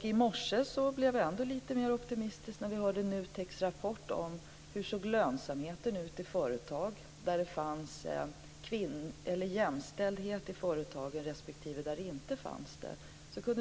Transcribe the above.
I morse blev jag ännu mer optimistisk när jag hörde NUTEK:s rapport om hur lönsamheten såg ut i företag där det fanns jämställdhet respektive företag där det inte fanns jämställdhet.